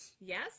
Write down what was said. Yes